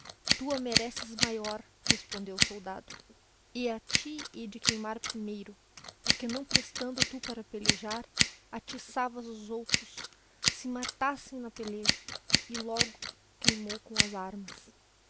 tu a mereces maior respondeo o soldado e a ti heide queimar primeiro porque não prestando tu para pelejar atiçavas os outros se matassem na peleja e logo o queimou com as armas